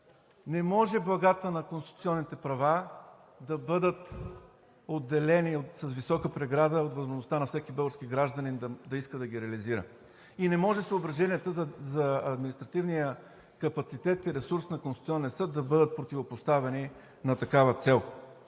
Не може благата на конституционните права да бъдат отделени с висока преграда от възможността на всеки български гражданин да иска да ги реализира. И не може съображенията за административния капацитет и ресурс на Конституционния съд да бъдат противопоставени на такава цел.